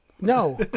No